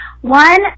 One